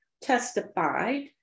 testified